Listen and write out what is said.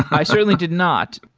i certainly did not.